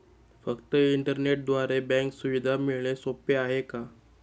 फक्त इंटरनेटद्वारे बँक सुविधा मिळणे सोपे आहे का?